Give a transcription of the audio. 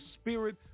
Spirit